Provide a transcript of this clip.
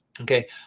Okay